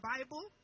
Bible